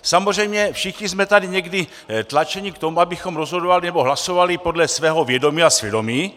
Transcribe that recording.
Samozřejmě všichni jsme tady někdy tlačeni k tomu, abychom rozhodovali nebo hlasovali podle svého vědomí a svědomí.